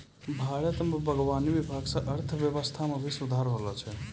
भारत मे बागवानी विभाग से अर्थव्यबस्था मे भी सुधार होलो छै